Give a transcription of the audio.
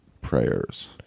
prayers